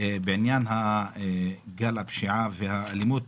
בעניין גל הפשיעה והאלימות.